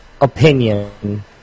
opinion